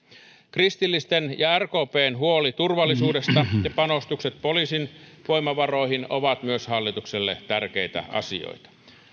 kristillisten ja rkpn huoli turvallisuudesta ja panostukset poliisin voimavaroihin ovat myös hallitukselle tärkeitä asioita